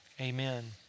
Amen